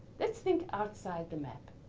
let's think outside the map,